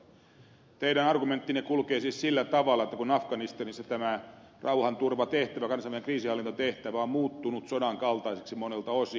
teidän argumenttinne kulkee siis sillä tavalla että afganistanissa tämä rauhanturvatehtävä kansainvälinen kriisinhallintatehtävä on muuttunut sodan kaltaiseksi monelta osin